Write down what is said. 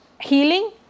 healing